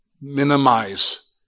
minimize